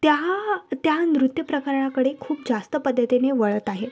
त्या त्या नृत्यप्रकाराकडे खूप जास्त पद्धतीने वळत आहे